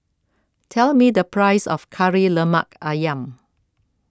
tell me the price of Kari Lemak Ayam